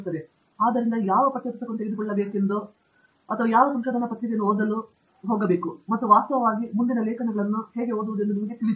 ಟ್ಯಾಂಗಿರಾಲ ಆದ್ದರಿಂದ ಯಾವ ಪಠ್ಯ ಪುಸ್ತಕವನ್ನು ತೆಗೆದುಕೊಳ್ಳಬೇಕೆಂದು ಅಥವಾ ಯಾವ ಸಂಶೋಧನಾ ಪತ್ರಿಕೆಯು ಓದಲು ಮತ್ತು ವಾಸ್ತವವಾಗಿ ಮುಂದಿನ ಲೇಖನಗಳನ್ನು ಹೇಗೆ ಓದುವುದು ಎಂದು ನಿಮಗೆ ತಿಳಿದಿದೆ